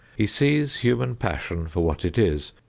he sees human passion for what it is,